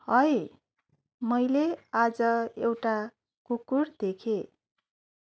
हेई मैले आज एउटा कुकुर देखेँ